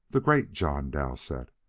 the great john dowsett.